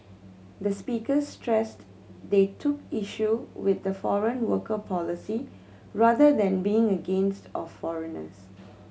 the speakers stressed they took issue with the foreign worker policy rather than being against of foreigners